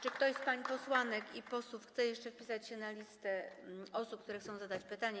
Czy ktoś z pań posłanek i panów posłów chce jeszcze wpisać się na listę osób, które chcą zadać pytanie?